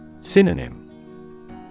Synonym